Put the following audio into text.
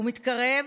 הוא מתקרב,